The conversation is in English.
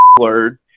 word